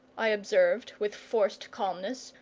i observed with forced calmness,